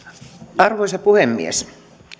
arvoisa puhemies